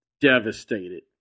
devastated